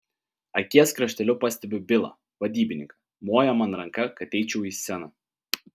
akies krašteliu pastebiu bilą vadybininką moja man ranka kad eičiau į sceną